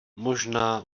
možná